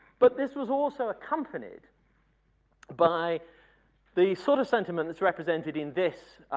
but this was also accompanied by the sort of sentiments represented in this.